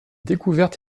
découverte